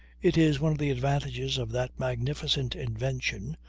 it is one of the advantages of that magnificent invention,